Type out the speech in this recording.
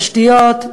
תשתיות,